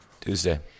Tuesday